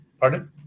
Pardon